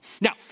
Now